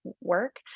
work